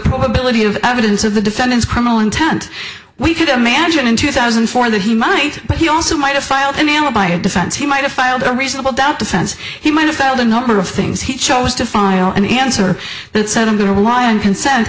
probability of evidence of the defendant's criminal intent we could imagine in two thousand and four that he might but he also might have filed an alibi a defense he might have filed a reasonable doubt defense he might have filed a number of things he chose to find an answer that said i'm going to lie and consent